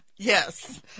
Yes